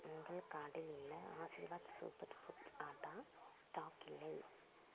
உங்கள் கார்ட்டில் உள்ள Aashirvaad super foods atta stock இல்லை